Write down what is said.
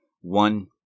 one